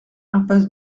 impasse